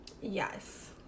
Yes